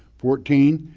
fourteen,